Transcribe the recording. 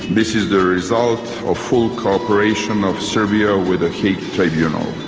this is the result of full co-operation of serbia with the hague tribunal.